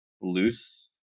loose